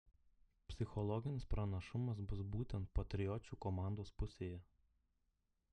psichologinis pranašumas bus būtent patriočių komandos pusėje